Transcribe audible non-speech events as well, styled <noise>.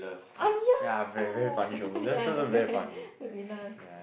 ah ya <laughs> ya that show that the Millers